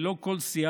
ללא כל סייג,